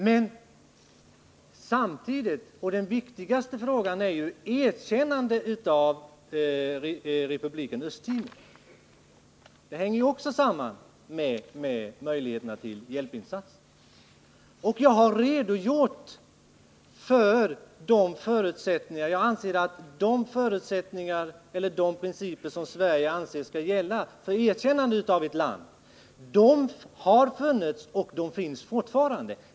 Men den viktigaste frågan är ju ett erkännande av republiken Östtimor. Den hänger samman med möjligheterna till hjälpinsatser. De förutsättningar som Sverige anser skall gälla för erkännande av ett land har funnits och finns fortfarande.